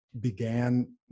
began